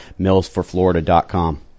millsforflorida.com